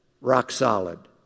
rock-solid